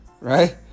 right